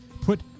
Put